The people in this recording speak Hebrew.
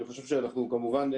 אני חושב, כמובן,